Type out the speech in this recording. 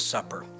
Supper